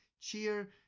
Cheer